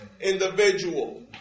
individual